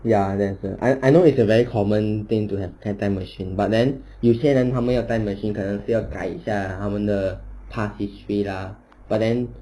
ya that's a I I know it's a very common thing to have ti~ time machine but then 有些人他们要 time machine 可能是要改一下他们的 past history lah but then